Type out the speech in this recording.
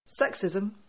Sexism